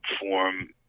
form